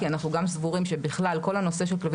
כי אנחנו גם סבורים שבכלל כל הנושא של כלבים